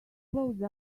close